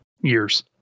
years